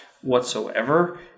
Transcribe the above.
whatsoever